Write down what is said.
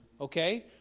Okay